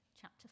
chapter